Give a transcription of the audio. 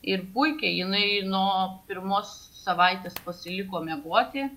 ir puikiai jinai nuo pirmos savaitės pasiliko miegoti